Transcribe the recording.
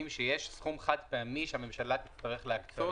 שיש סכום חד-פעמי שהממשלה תצטרך להקצות